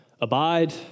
abide